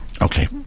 Okay